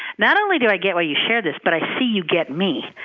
not only do i get why you shared this, but i see you get me.